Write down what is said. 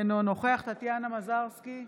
אינו נוכח טטיאנה מזרסקי,